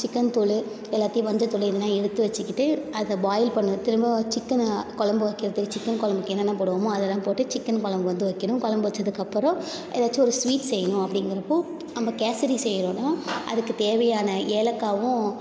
chicken தூள் எல்லாத்தையும் மஞ்சத்தூள் இதலாம் எடுத்து வச்சிக்கிட்டு அதை பாயில் பண்ண திரும்ப சிக்கனை கொழம்பு வைக்கிறதுக்கு சிக்கன் கொழம்புக்கு என்னென்ன போடுவோமோ அதெல்லாம் போட்டு சிக்கன் கொழம்பு வந்து வைக்கணும் கொழம்பு வெச்சதுக்கப்பறம் ஏதாச்சும் ஒரு ஸ்வீட் செய்யணும் அப்படிங்கிறப்போ நம்ம கேசரி செய்கிறோன்னா அதுக்கு தேவையான ஏலக்காயும்